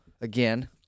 again